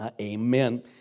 amen